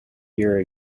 year